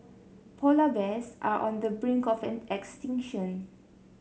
polar bears are on the brink of extinction